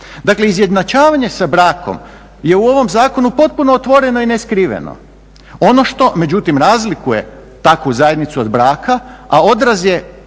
Dakle izjednačavanje sa brakom je u ovom zakonu potpuno otvoreno i neskriveno. Ono što međutim razlikuje takvu zajednicu od braka, a odraz je